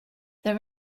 there